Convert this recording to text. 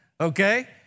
Okay